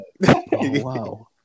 wow